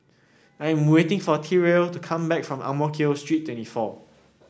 I am waiting for Tyrel to come back from Ang Mo Kio Street twenty four